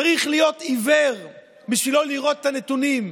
צריך להיות עיוור בשביל לא לראות את הנתונים.